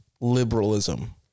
liberalism